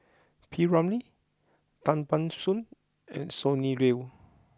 P Ramlee Tan Ban Soon and Sonny Liew